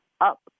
up